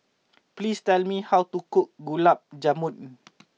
please tell me how to cook Gulab Jamun